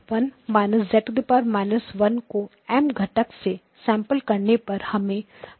1− z−1 को M घटक से सैंपल करने पर हमें 11 Z 1 प्राप्त होगा